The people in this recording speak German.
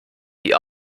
die